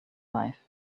life